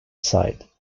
side